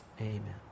Amen